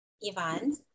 Yvonne